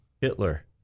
Hitler